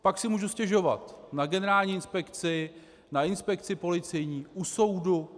Pak si mohu stěžovat na generální inspekci, na inspekci policejní, u soudu.